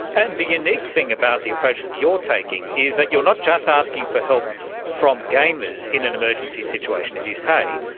and the unique thing about the approach that you're taking is that you're not just asking for help from gamers in an emergency situation, as you say,